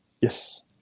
Yes